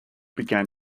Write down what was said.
began